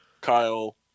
Kyle